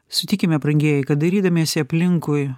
sutikime brangieji kad dairydamiesi aplinkui